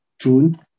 June